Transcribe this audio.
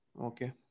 Okay